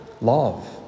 love